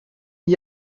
n’y